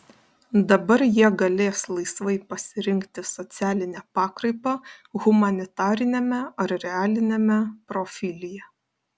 dabar jie galės laisvai pasirinkti socialinę pakraipą humanitariniame ar realiniame profilyje